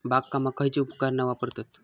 बागकामाक खयची उपकरणा वापरतत?